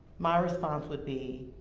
my response would be,